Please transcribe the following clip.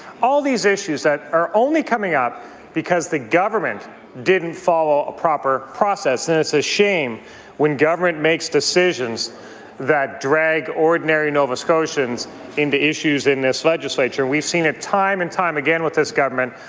all these issues are only coming up because the government didn't follow proper process. and it's a shame when government makes decisions that drag ordinary nova scotians into issues in this legislature. we've seen it time and time again with this government.